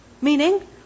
Meaning